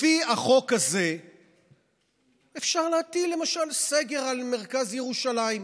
לפי החוק הזה אפשר להטיל למשל סגר על מרכז ירושלים,